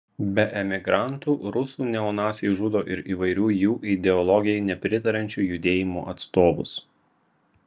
be emigrantų rusų neonaciai žudo ir įvairių jų ideologijai nepritariančių judėjimų atstovus